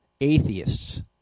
atheists